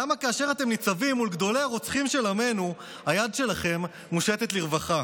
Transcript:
למה כאשר אתם ניצבים מול גדולי הרוצחים של עמנו היד שלכם מושטת לרווחה,